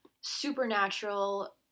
supernatural